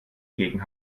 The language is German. gegen